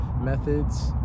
methods